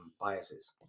biases